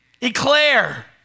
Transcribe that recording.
eclair